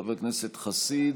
חבר הכנסת חסיד